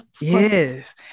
Yes